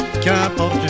qu'importe